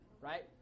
right